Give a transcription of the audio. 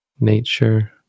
nature